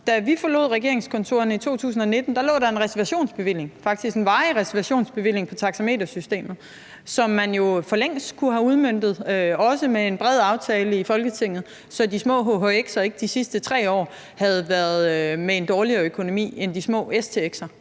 Da vi forlod regeringskontorerne i 2019, lå der en reservationsbevilling – faktisk en varig reservationsbevilling for taxametersystemet, som man jo for længst kunne have udmøntet også med en bred aftale i Folketinget – så de små hhx'er ikke de sidste 3 år havde levet med en dårligere økonomi end de små stx'er.